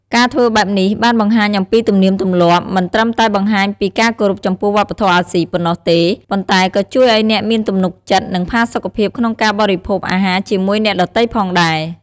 ការធ្វើបែបនេះបានបង្ហាញអំពីទំនៀមទម្លាប់ មិនត្រឹមតែបង្ហាញពីការគោរពចំពោះវប្បធម៌អាស៊ីប៉ុណ្ណោះទេ ប៉ុន្តែក៏ជួយឱ្យអ្នកមានទំនុកចិត្ត និងផាសុកភាពក្នុងការបរិភោគអាហារជាមួយអ្នកដទៃផងដែរ។